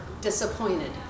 disappointed